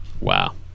wow